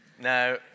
Now